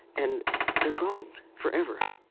and they're gone forever.